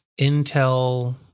Intel